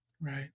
Right